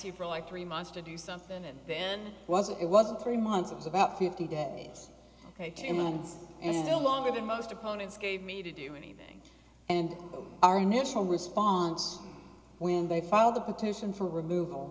you for like three months to do something and then wasn't it wasn't three months it was about fifty days two minutes and then longer than most opponents gave me to do anything and our initial response when they filed the petition for removal